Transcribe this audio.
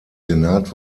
senat